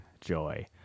Joy